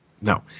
No